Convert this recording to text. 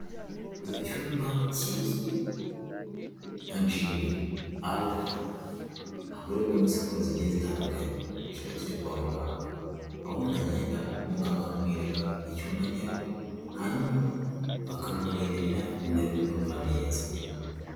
Mu cyumba kizwi nka gym, aho hakorerwamo siporo zigiye zitandukanye, kikaba kiri kwa muganga aho umuntu agenda muganga akamwereka icyuma ajyaho, hanyuma akamureberera niba ari kubikora neza.